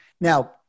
Now